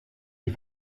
die